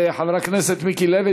ושל חבר הכנסת מיקי לוי,